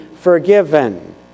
forgiven